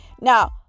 now